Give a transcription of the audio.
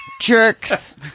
Jerks